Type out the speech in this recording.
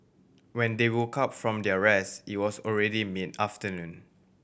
when they woke up from their rest it was already mid afternoon